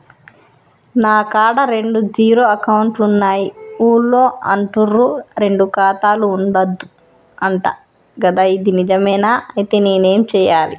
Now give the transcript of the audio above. నా కాడా రెండు జీరో అకౌంట్లున్నాయి ఊళ్ళో అంటుర్రు రెండు ఖాతాలు ఉండద్దు అంట గదా ఇది నిజమేనా? ఐతే నేనేం చేయాలే?